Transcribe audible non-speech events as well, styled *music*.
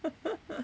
*laughs*